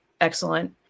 excellent